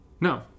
No